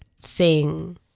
sing